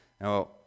Now